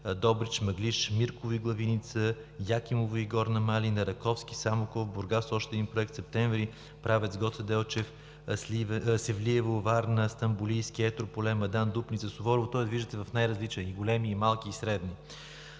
Добрич, Мъглиж, Мирково и Главиница, Якимово и Горна малина, Раковски, Самоков, Бургас с още един проект, Септември, Правец, Гоце Делчев, Севлиево, Варна, Стамболийски, Етрополе, Мадан, Дупница, Суворово, тоест виждате най-различни – и големи, и малки, и средни.